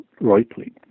rightly